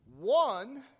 One